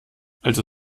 also